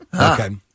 Okay